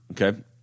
Okay